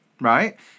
right